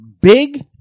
big